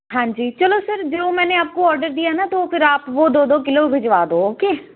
ਹਾਂਜੀ ਚੱਲੋ ਸਰ ਜੋ ਮੈਨੇ ਆਪਕੋ ਓਡਰ ਦੀਆ ਹੈ ਨਾ ਆਪ ਤੋ ਵੋ ਫ਼ਿਰ ਆਪ ਦੋ ਦੋ ਕਿੱਲੋ ਭਿਜਵਾ ਦੋ ਓਕੇ